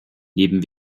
neben